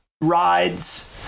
rides